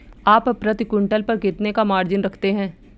आप प्रति क्विंटल पर कितने का मार्जिन रखते हैं?